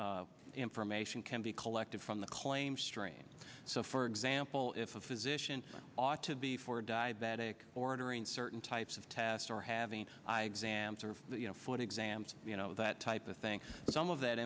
information can be collected from the claims strain so for example if a physician ought to be for a diabetic ordering certain types of tests or having you know foot exams you know that type of thing some of that